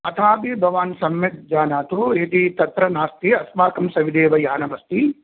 अथापि भवान् सम्यक् जानातु यदि तत्र नास्ति अस्माकं सविधे एव यानमस्ति